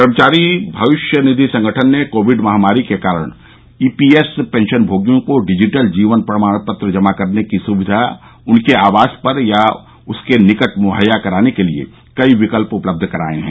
कर्मचारी भविष्य निधि संगठन ने कोविड महामारी के कारण ईपीएस पेंशनभोगियों को डिजिटल जीवन प्रमाणपत्र जमा करने की सुविधा उनके आवास पर या उसके निकट मुहैया कराने के लिए कई विकल्प उपलब्ध कराएं हैं